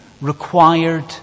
required